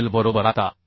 57 बरोबर आता के